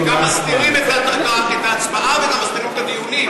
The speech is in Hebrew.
הלוא זאת ועדת שרים שהדבר היחיד שמעניין אותה זה פוליטיקה,